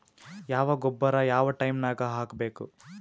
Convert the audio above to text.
ಯಾವ ಗೊಬ್ಬರ ಯಾವ ಟೈಮ್ ನಾಗ ಹಾಕಬೇಕು?